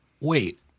Wait